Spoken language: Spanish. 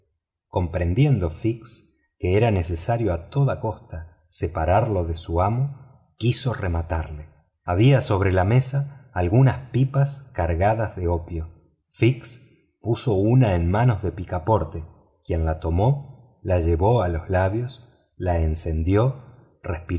comprendiendo fix que era necesario a toda costa separarlo de su amo quiso rematarlo había sobre la mesa algunas pipas cargadas de opio fix puso una en manos de picaporte quien la tomó la llevó a los labios la encendió